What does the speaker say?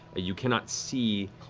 you cannot see,